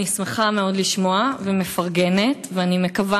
אני שמחה מאוד לשמוע ומפרגנת ואני מקווה